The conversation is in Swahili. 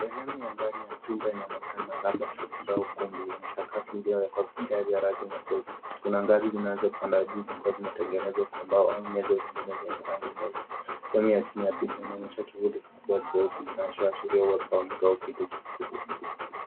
Sehemu ya ndani ya chumba inaonekana labda sakafu la ukumbi. Ni sakafu iliyowekwa vigae vya rangi nyepesi. Kuna ngazi zinazopanda juu zikiwa zinatengenezwa kwa mbao au nyezo zingine zenye rangi nyeusi. Sehemu ya chini ya picha inaonyesha kivuli kikubwa cheusi kinachoashiria uwepo wa mtu au kitu kikubwa.